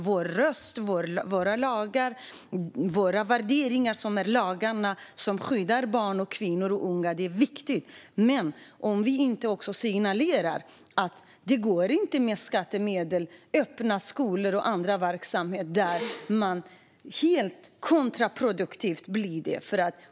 Vår röst, våra lagar och våra värderingar skyddar barn, kvinnor och unga och är viktiga, men vi måste signalera att det inte går att öppna sådana skolor och andra verksamheter med skattemedel. Det blir helt kontraproduktivt.